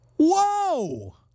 Whoa